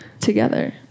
together